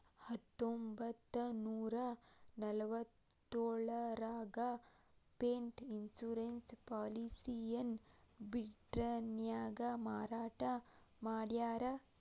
ಹತ್ತೊಂಬತ್ತನೂರ ನಲವತ್ತ್ಯೋಳರಾಗ pet insurance ಪಾಲಿಸಿಯನ್ನ ಬ್ರಿಟನ್ನ್ಯಾಗ ಮಾರಾಟ ಮಾಡ್ಯಾರ